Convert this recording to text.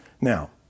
Now